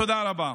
תודה רבה.